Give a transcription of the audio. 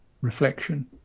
reflection